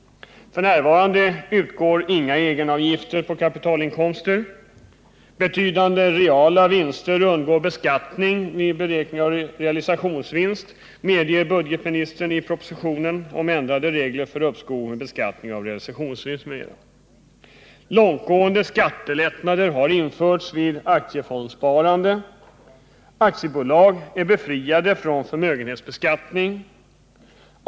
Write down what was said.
F.n. utgår inga egenavgifter på kapitalinkomster. ”Betydande reala vinster undgår beskattning” vid beräkning av realisationsvinst, medger budgetministern i propositionen ”om ändrade regler för uppskov med beskattning av realisationsvinst m.m.”. Långtgående skattelättnader har införts vid aktiefondsparande. Aktiebolag är befriade från förmögenhetsbeskattning.